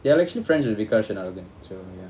they're actually friends with ricarsh and arivin so ya